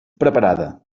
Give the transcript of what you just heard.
preparada